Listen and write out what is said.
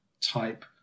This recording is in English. type